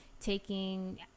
taking